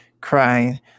crying